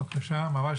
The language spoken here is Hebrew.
בבקשה, ממש